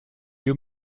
you